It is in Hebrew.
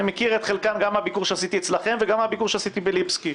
אני מכיר את חלקן גם מהביקור שעשיתי אצלכם וגם מהביקור שעשיתי בליפסקי,